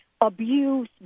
abuse